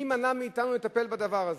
מי מנע מאתנו לטפל בדבר הזה?